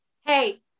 Hey